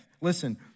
Listen